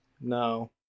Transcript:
No